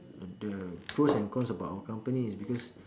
the pros and cons about our company is because